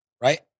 right